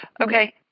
Okay